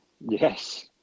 Yes